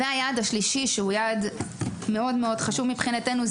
היעד השלישי שהוא יעד חשוב מאוד מבחינתנו,